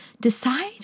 Decide